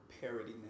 parody